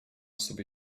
sobie